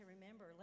remember